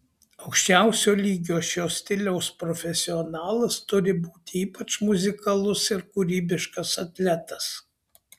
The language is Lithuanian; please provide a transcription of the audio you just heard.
aukščiausio lygio šio stiliaus profesionalas turi būti ypač muzikalus ir kūrybiškas atletas